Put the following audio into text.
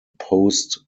post